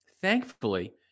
Thankfully